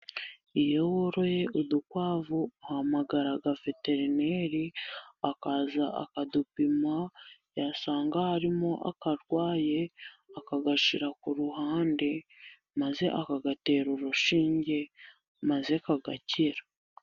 Iyo woroye udukwavu, uhamagara veterineri, akaza akadupima, yasanga harimo akarwaye, akagashyira ku ruhande, maze akagatera urushinge, maze kagakira.